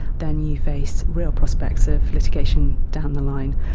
then you face real prospects of litigation down the line,